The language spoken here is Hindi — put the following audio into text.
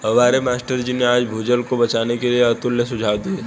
हमारे मास्टर जी ने आज भूजल को बचाने के लिए अतुल्य सुझाव दिए